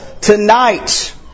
Tonight